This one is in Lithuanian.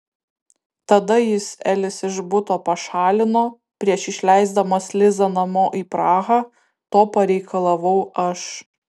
tada jis elis iš buto pašalino prieš išleisdamas lizą namo į prahą to pareikalavau aš